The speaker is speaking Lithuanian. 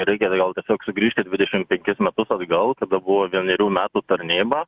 reikia gal tiesiog sugrįžti dvidešim penkis metus atgal kada buvo vienerių metų tarnyba